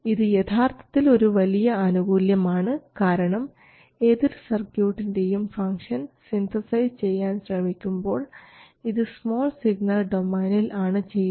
ഇത് യഥാർത്ഥത്തിൽ വലിയ ഒരു ആനുകൂല്യം ആണ് കാരണം ഏതൊരു സർക്യൂട്ടിൻറെയും ഫംഗ്ഷൻ സിന്തസൈസ് ചെയ്യാൻ ശ്രമിക്കുമ്പോൾ ഇത് സ്മാൾ സിഗ്നൽ ഡൊമൈനിൽ ആണ് ചെയ്യുന്നത്